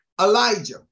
Elijah